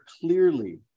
clearly